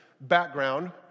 background